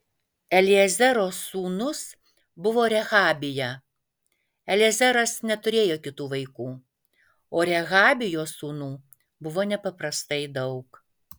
eliezero sūnus buvo rehabija eliezeras neturėjo kitų vaikų o rehabijos sūnų buvo nepaprastai daug